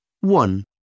one